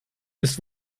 ist